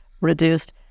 reduced